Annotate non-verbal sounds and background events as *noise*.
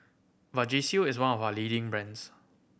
Vagisil is one of *unintelligible* leading brands